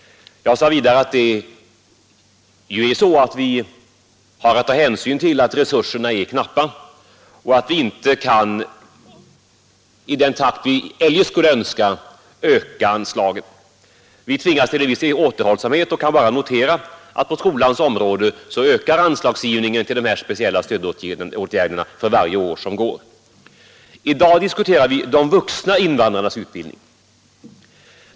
Jag sade vidare att vi har att ta hänsyn till att resurserna är knappa och att vi inte i den takt vi eljest skulle önska kan öka anslagen. Vi tvingas till återhållsamhet och kan bara notera att på skolans område ökar anslagen till de speciella stödåtgärderna för varje år som går. I dag diskuterar vi de vuxna invandrarnas utbildning.